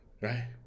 right